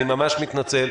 אני ממש מתנצל,